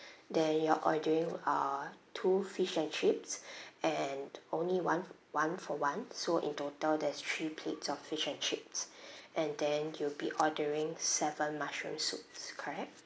then you're ordering uh two fish and chips and only one one for one so in total there's three plates of fish and chips and then you'll be ordering seven mushroom soups correct